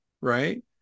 right